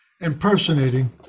impersonating